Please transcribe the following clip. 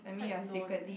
quite none